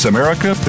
America